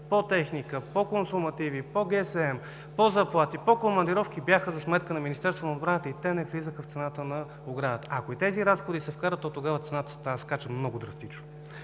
по техника, по консумативи, по ГСМ, по заплати, по командировки бяха за сметка на Министерството на отбраната и те не влизаха в цената на оградата. Ако и тези разходи се вкарат, то тогава цената скача много драстично.